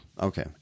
Okay